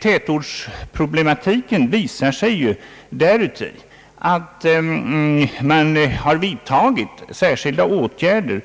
Tätortsproblematiken visar sig däruti att man har vidtagit särskilda åtgärder